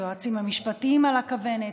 היועצים המשפטיים על הכוונת,